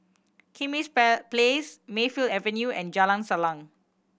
Kismis Place Mayfield Avenue and Jalan Salang